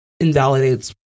Invalidates